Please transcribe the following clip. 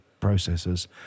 processors